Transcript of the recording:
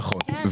נכון.